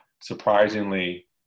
surprisingly